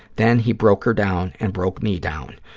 then he broke her down and broke me down.